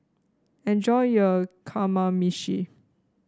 enjoy your Kamameshi